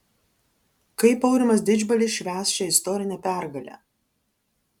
kaip aurimas didžbalis švęs šią istorinę pergalę